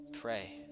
pray